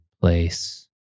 place